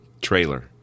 trailer